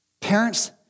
Parents